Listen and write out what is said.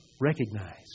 recognize